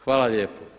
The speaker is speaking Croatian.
Hvala lijepo.